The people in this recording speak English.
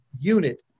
unit